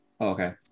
okay